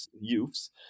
youths